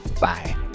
Bye